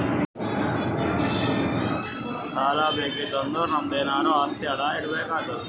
ಸಾಲಾ ಬೇಕಿತ್ತು ಅಂದುರ್ ನಮ್ದು ಎನಾರೇ ಆಸ್ತಿ ಅಡಾ ಇಡ್ಬೇಕ್ ಆತ್ತುದ್